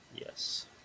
Yes